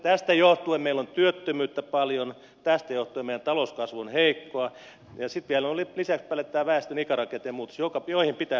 tästä johtuen meillä on työttömyyttä paljon tästä johtuen meidän talouskasvu on heikkoa ja sitten vielä lisäksi päälle tämä väestön ikärakenteen muutos johon pitää pystyä vastaamaan